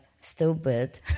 stupid